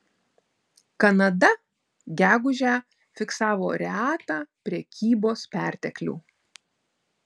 kanada gegužę fiksavo retą prekybos perteklių